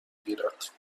گیرد